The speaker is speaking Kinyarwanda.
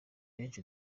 benshi